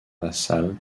vassal